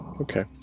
okay